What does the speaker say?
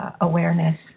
awareness